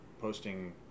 posting